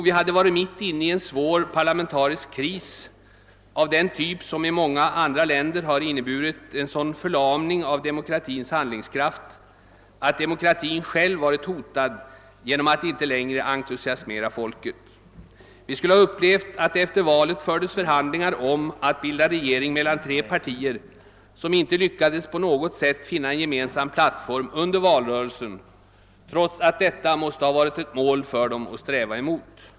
Vi hade varit mitt inne i en svår parlamentarisk kris av den typ som i många andra länder inneburit en sådan förlamning av demokratins handlingskraft att demokratin själv varit hotad genom att inte längre entusiasmera folket. Vi skulle ha fått uppleva att det efter valet fördes förhandlingar mellan tre partier om att bilda regering, partier som inte ens under valrörelsen på något sätt lyckades finna en gemensam plattform, trots att detta måste ha varit ett mål för dem att sträva mot.